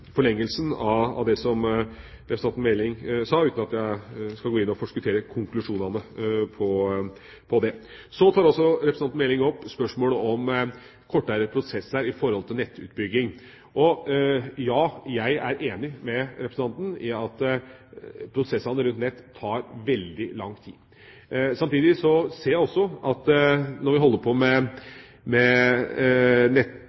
forlengelsen av det som representanten Meling sa, uten at jeg skal gå inn og forskuttere konklusjonene på det. Representanten Meling tar også opp spørsmålet om kortere prosesser rundt nettutbygging. Ja, jeg er enig med representanten i at prosessene rundt nett tar veldig lang tid. Samtidig er det også slik at når vi holder på